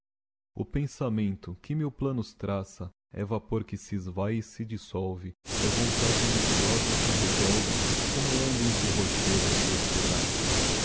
o pensamento que mil planos traça é vapor que se esvae e se dissolve e a vontade ambiciosa que resolve como onda entre rochedos se espedaça